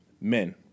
Men